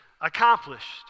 accomplished